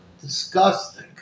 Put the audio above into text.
disgusting